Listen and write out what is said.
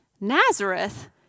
Nazareth